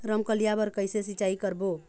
रमकलिया बर कइसे सिचाई करबो?